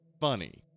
funny